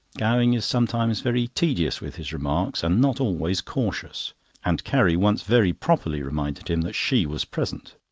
gowing is sometimes very tedious with his remarks, and not always cautious and carrie once very properly reminded him that she was present.